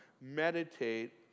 meditate